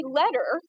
letter